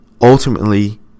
ultimately